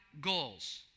goals